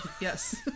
yes